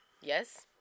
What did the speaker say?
Yes